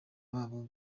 babo